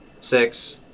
Six